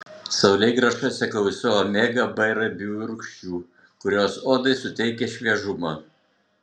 saulėgrąžose gausu omega b riebiųjų rūgščių kurios odai suteikia šviežumo